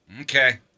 Okay